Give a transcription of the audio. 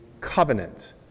covenant